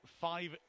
five